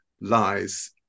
lies